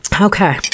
Okay